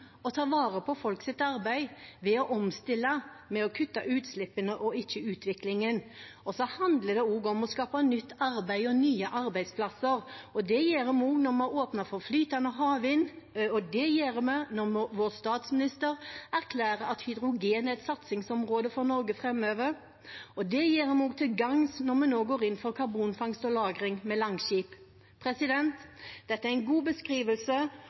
ta vare på folks arbeid ved å omstille, med å kutte utslippene og ikke utviklingen. Så handler det også om å skape nytt arbeid og nye arbeidsplasser, og det gjør vi når vi har åpnet for flytende havvind, og det gjør vi når vår statsminister erklærer at hydrogen er et satsingsområde for Norge framover. Og det gjør vi også til gagns når vi nå går inn for karbonfangst og -lagring, med Langskip. Dette er en god beskrivelse